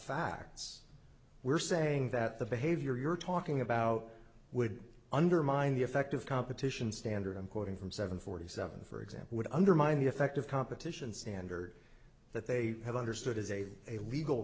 facts we're saying that the behavior you're talking about would undermine the effect of competition standard i'm quoting from seven forty seven for example would undermine the effect of competition standard that they have understood as a a legal